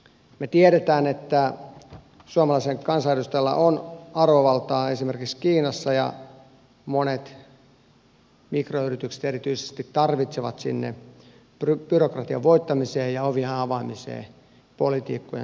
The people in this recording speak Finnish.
me tiedämme että suomalaisella kansanedustajalla on arvovaltaa esimerkiksi kiinassa ja monet mikroyritykset erityisesti tarvitsevat sinne byrokratian voittamiseen ja ovien avaamiseen poliitikkojen tukea